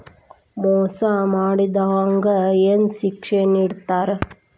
ಮೋಸಾ ಮಾಡಿದವ್ಗ ಏನ್ ಶಿಕ್ಷೆ ವಿಧಸ್ತಾರ?